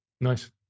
Nice